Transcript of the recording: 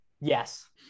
Yes